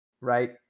right